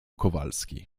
kowalski